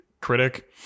critic